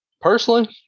Personally